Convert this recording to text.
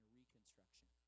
reconstruction